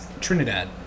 Trinidad